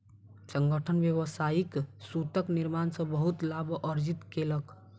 संगठन व्यावसायिक सूतक निर्माण सॅ बहुत लाभ अर्जित केलक